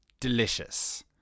delicious